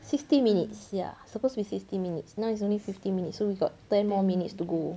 sixty minutes ya supposed to be sixty minutes now is only fifteen minutes so we got ten more minutes to go